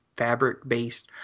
fabric-based